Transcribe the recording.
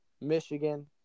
Michigan